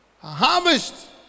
harvest